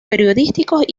periodísticos